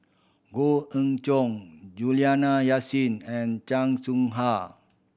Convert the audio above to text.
Goh Ee Choo Juliana Yasin and Chan Soh Ha